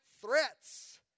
threats